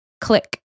click